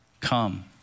Come